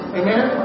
amen